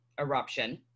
eruption